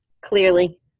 Clearly